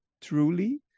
truly